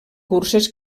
curses